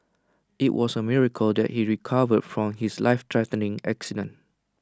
IT was A miracle that he recovered from his lifethreatening accident